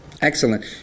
Excellent